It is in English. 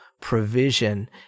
provision